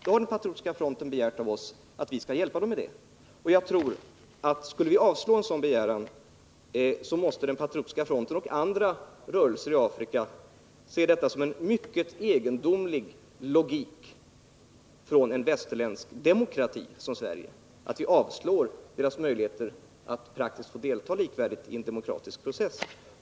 Patriotiska fronten har begärt att vi skall hjälpa dem med detta. Om vi skulle avslå en sådan begäran, tror jag att Patriotiska fronten och andra rörelser i Afrika ser detta som en mycket egendomlig logik från en västerländsk demokrati som Sverige. Vi vill inte medverka till att ge dem möjligheter att praktiskt få delta likvärdigt i en demokratisk process.